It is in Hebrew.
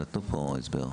נתנו פה הסבר.